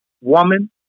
woman